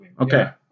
Okay